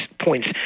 points